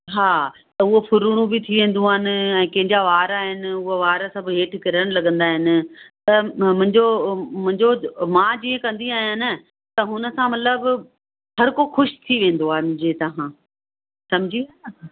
हा त उह फुरणु बि थी वेंदियूं आहिनि ऐं कंहिंजा वार आहिनि उह वार सभु हेठि किरण लॻंदा आहिनि त मुंहिंजो मुंहिंजो मां जीअं कंदी आहिंयां न त हुन सां मतिलबु हर को ख़ुशि थी वेंदो आहे जीअं तव्हां सम्झी वियो